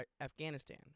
Afghanistan